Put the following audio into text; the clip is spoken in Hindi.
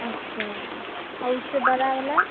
अच्छा और उससे बड़ा वाला